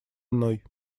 мной